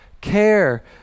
care